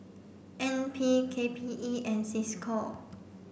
N P K P E and Cisco